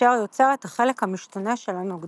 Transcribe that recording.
אשר יוצר את החלק המשתנה של הנוגדן,